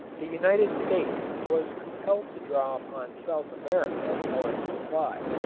the united states was compelled to draw upon south america for its supply.